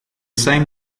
same